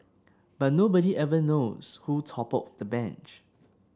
but nobody ever knows who toppled the bench